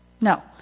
no